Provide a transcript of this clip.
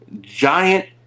giant